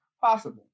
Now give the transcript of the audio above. possible